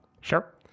Sure